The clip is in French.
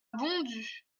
bondues